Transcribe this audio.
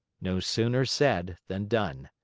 no sooner said than done.